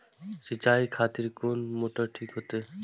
सीचाई खातिर कोन मोटर ठीक होते?